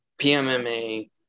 pmma